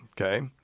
Okay